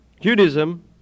Judaism